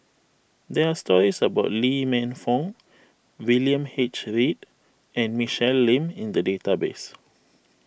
there are stories about Lee Man Fong William H Read and Michelle Lim in the database